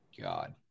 God